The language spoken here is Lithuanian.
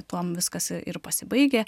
tuom viskas ir pasibaigia